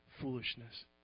foolishness